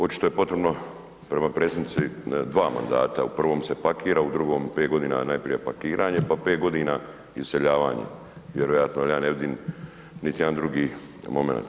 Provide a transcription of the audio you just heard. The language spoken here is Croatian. Očito je potrebno prema predsjednici 2 mandata, u prvom se pakira, u drugom 5 godina najprije pakiranje pa 5 godina iseljavanje vjerojatno jer ja ne vidim niti jedan drugi momenat.